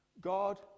God